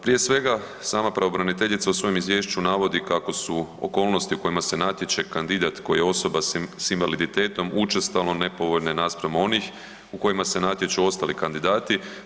Prije svega, sama pravobraniteljica u svom izvješću navodi kako su okolnosti u kojima se natječe kandidat koji je osoba s invaliditetom, učestalo nepovoljne naspram onih u kojima se natječu ostali kandidati.